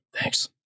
thanks